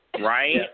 Right